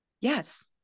Yes